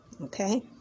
Okay